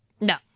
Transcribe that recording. No